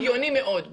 זה הגיוני מאוד,